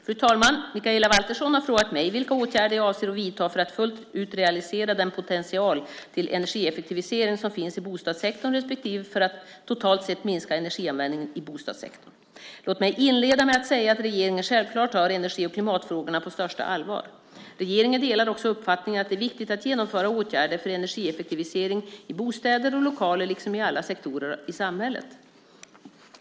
Fru talman! Mikaela Valtersson har frågat mig vilka åtgärder jag avser att vidta för att fullt ut realisera den potential till energieffektivisering som finns i bostadssektorn respektive för att totalt sett minska energianvändningen i bostadssektorn. Låt mig inleda med att säga att regeringen självklart tar energi och klimatfrågorna på största allvar. Regeringen delar också uppfattningen att det är viktigt att genomföra åtgärder för energieffektivisering i bostäder och lokaler liksom i alla sektorer i samhället.